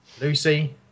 Lucy